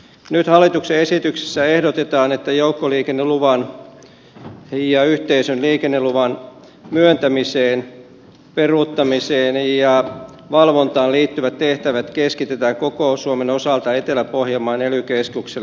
nyt hallituksen esityksessä ehdotetaan että joukkoliikenneluvan ja yhteisön liikenneluvan myöntämiseen peruuttamiseen ja valvontaan liittyvät tehtävät keskitetään koko suomen osalta etelä pohjanmaan ely keskukselle